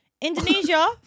Indonesia